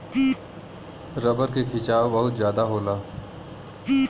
rubber में खिंचाव बहुत जादा होला